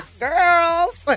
girls